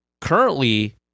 Currently